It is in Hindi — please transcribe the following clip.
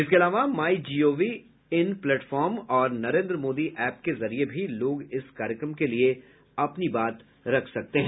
इसके अलावा माई जीओवी इन प्लेटफॉर्म और नरेन्द्र मोदी एप के जरिये भी लोग इस कार्यक्रम के लिए अपनी बात रख सकते हैं